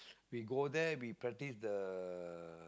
we go there we practice the